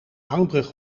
hangbrug